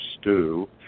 stew